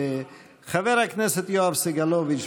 חבר הכנסת יואב סגלוביץ',